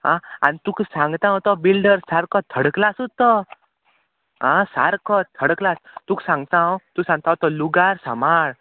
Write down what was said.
आं आनी तुका सांगता हांव तो बिल्डर सारको थर्ड क्लासूत तो आं सारको थर्ड क्लास तुक सांगता हांव तूं सांगता हांव तो लुगार सांबाळ